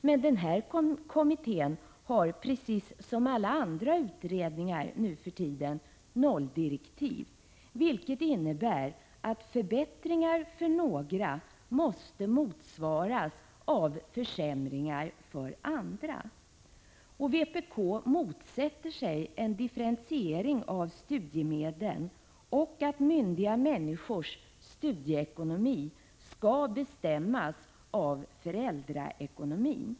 Men denna kommitté, precis som alla andra utredningar nu för tiden, har nolldirektiv, vilket innebär att förbättringar för några måste motsvaras av försämringar för andra. Vpk motsätter sig en differentiering av studiemedlen och att myndiga människors studieekonomi skall bestämmas av föräldraekonomin.